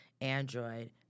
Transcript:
Android